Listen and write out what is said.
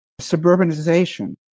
Suburbanization